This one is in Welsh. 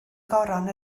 goron